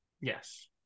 Yes